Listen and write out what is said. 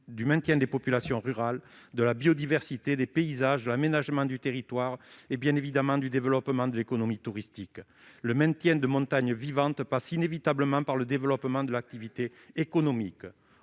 du maintien des populations rurales, de la biodiversité, des paysages, de l'aménagement du territoire et, bien entendu, du développement de l'économie touristique. Le maintien de montagnes vivantes passe inévitablement par le développement de l'activité économique.